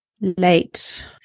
late